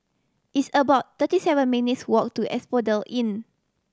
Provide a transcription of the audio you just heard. it's about thirty seven minutes' walk to Asphodel Inn